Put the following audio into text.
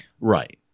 Right